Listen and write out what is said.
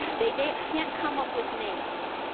they they can't come up with names.